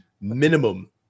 minimum